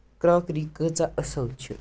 crockery کۭژاہ اَصٕل چھِ